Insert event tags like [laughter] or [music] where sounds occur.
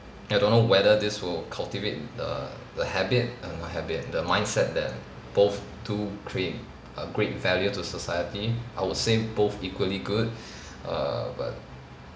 I don't know whether this will cultivate the the habit err not habit the mindset that both do create a great value to society I would say both equally good [breath] err but